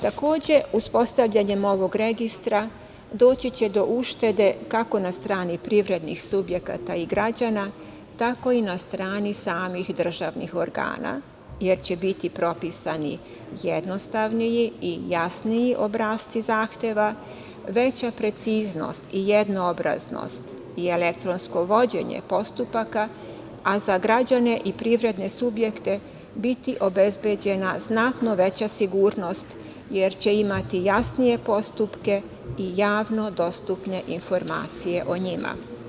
Takođe, uspostavljanjem ovog registra doći će do uštede, kako na strani privrednih subjekata i građana, tako i na strani samih državnih organa, jer će biti propisani jednostavniji i jasniji obrasci zahteva, veća preciznost i jednoobraznost i elektronsko vođenje postupaka, a za građane i privredne subjekte će biti obezbeđena znatno veća sigurnost jer će imati jasnije postupke i javno dostupne informacije o njima.